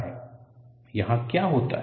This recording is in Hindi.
एक्टिव पाथ डिस्सॉलयूश्न यहाँ क्या होता है